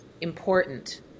important